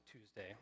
Tuesday